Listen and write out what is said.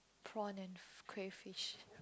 prawn and crayfish